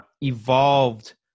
evolved